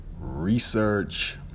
research